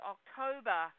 October